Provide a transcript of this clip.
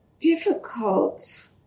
difficult